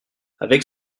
avec